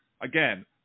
again